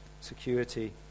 Security